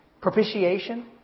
propitiation